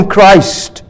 Christ